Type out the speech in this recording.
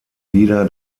wieder